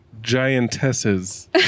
giantesses